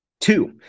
Two